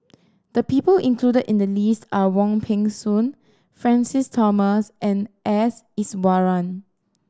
the people included in the list are Wong Peng Soon Francis Thomas and S Iswaran